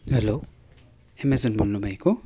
hello Amazon बोल्नु भएको